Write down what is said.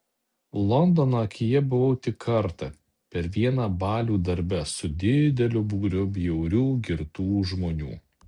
londono akyje buvau tik kartą per vieną balių darbe su dideliu būriu bjaurių girtų žmonių